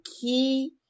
key